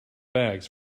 bags